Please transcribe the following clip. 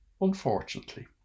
unfortunately